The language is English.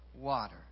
water